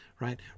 right